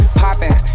popping